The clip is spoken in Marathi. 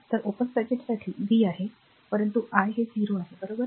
तर ओपन सर्किटसाठी v आहे परंतु i हे 0 आहे बरोबर